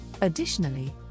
Additionally